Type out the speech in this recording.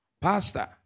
pastor